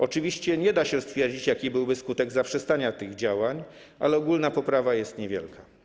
Oczywiście nie da się stwierdzić, jaki byłby skutek zaprzestania tych działań, ale ogólna poprawa jest niewielka.